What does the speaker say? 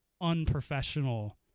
unprofessional